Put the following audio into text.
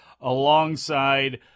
alongside